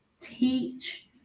teach